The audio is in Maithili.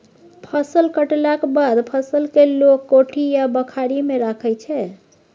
फसल कटलाक बाद फसल केँ लोक कोठी आ बखारी मे राखै छै